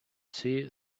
see